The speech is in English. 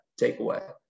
takeaway